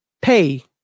pay